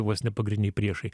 vos nepagrindiniai priešai